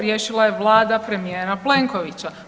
Riješila je vlada premijera Plenkovića.